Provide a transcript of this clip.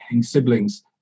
siblings